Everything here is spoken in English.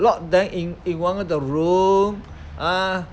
lock them in in one of the room ah